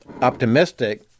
optimistic